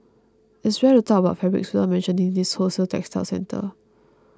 it's rare to talk about fabrics without mentioning this wholesale textile centre